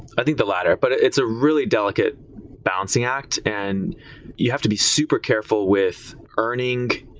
i think the latter, but it's a really delicate balancing act and you have to be super careful with learning,